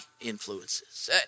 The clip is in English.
influences